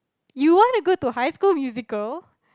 you wanna go to high school musical